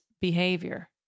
behavior